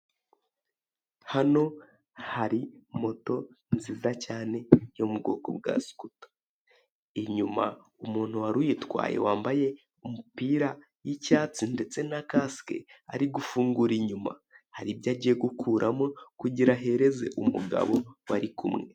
Hano hari moto nziza cyane yo mu bwoko bwa sikuta, inyuma umuntu wari uyitwaye wambaye umupira y'icyatsi ndetse na kasike ari gufungura inyuma, hari ibyo agiye gukuramo kugira ahereze umugabo bari kumwe.